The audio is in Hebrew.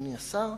אדוני השר,